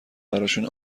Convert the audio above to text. براشون